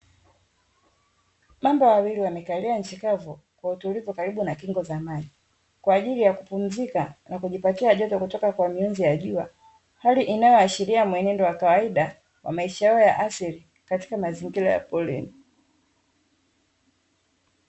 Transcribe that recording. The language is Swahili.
Mamba wawili wamekalia nchi kavu kwa utulivu karibu na kingo za maji, kwa ajili ya kupumzika na kujipatia joto kutoka kwa mionzi ya jua, hali inayoashiria mwenendo wa kawaida wa maisha yao ya asili katika mazingira ya porini.